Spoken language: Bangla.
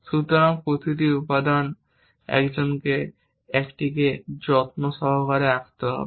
সুতরাং প্রতিটি উপাদান একজনকে এটিকে যত্ন সহকারে আঁকতে হবে